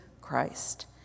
Christ